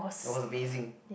that was amazing